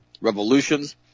revolutions